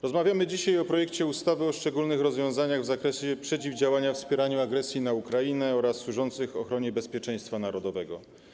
Rozmawiamy dzisiaj o projekcie ustawy o szczególnych rozwiązaniach w zakresie przeciwdziałania wspieraniu agresji na Ukrainę oraz służących ochronie bezpieczeństwa narodowego.